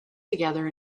together